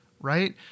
right